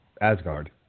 Asgard